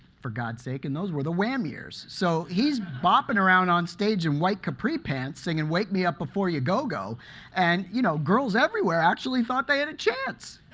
for god's sake, and those were the wham! years. so he's but and around on stage in white capri pants, singing wake me up before you go, go and you know girls everywhere actually thought they had a chance.